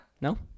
No